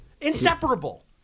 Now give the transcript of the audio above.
inseparable